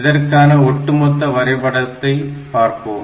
இதற்கான ஒட்டுமொத்த வரைபடத்தை பார்ப்போம்